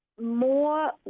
more